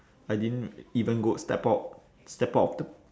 I didn't even go step out step out of the